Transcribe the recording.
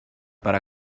per